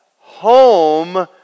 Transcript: Home